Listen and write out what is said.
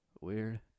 Weird